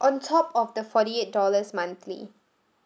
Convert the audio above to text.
on top of the forty eight dollars monthly